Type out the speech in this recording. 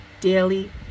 daily